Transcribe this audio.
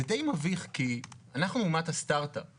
זה די מביך כי אנחנו אומת הסטארט אפ.